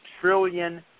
trillion